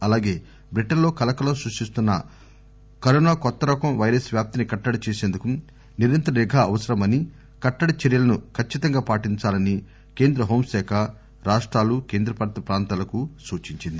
అలాగే బ్రిటన్ లో కలకలం సృష్టిస్తున్న కరోనా కొత్త వైరస్ వ్యాప్తిని కట్టడి చేసిందుకు నిరంతర నిఘా అవసరమని కట్టడి చర్యలను ఖచ్చితంగా పాటించాలని కేంద్ర హోం శాఖ రాష్టాలుకేంద్ర పాలిత ప్రాంతాలకు సూచించింది